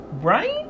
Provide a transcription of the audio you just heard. right